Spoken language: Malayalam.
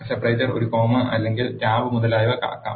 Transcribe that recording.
സെപ്പറേറ്റർ ഒരു കോമ അല്ലെങ്കിൽ ടാബ് മുതലായവ ആകാം